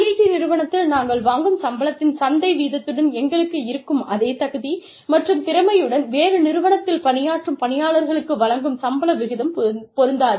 IIT நிறுவனத்தில் நாங்கள் வாங்கும் சம்பளத்தின் சந்தை வீதத்துடன் எங்களுக்கு இருக்கும் அதே தகுதி மற்றும் திறமையுடன் வேறு நிறுவனத்தில் பணியாற்றும் பணியாளர்களுக்கு வழங்கும் சம்பள விகிதம் பொருந்தாது